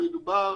מדובר